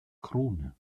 krone